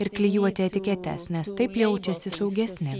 ir klijuoti etiketes nes taip jaučiasi saugesni